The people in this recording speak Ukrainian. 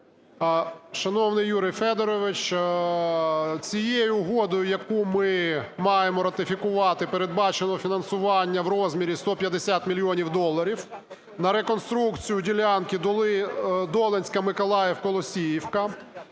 Шановний Юрій Федорович, цією угодою, яку ми маємо ратифікувати, передбачено фінансування в розмірі 150 мільйонів доларів на реконструкцію ділянкиДолинська – Миколаїв – Колосівка.